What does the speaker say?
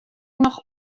noch